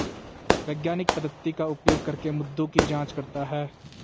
वैज्ञानिक पद्धति का उपयोग करके मुद्दों की जांच करता है